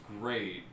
great